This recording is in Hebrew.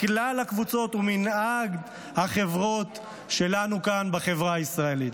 כלל הקבוצות ומנעד הדעות שלנו כאן בחברה הישראלית.